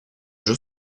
jeu